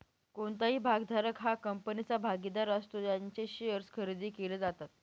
कोणताही भागधारक हा कंपनीचा भागीदार असतो ज्यांचे शेअर्स खरेदी केले जातात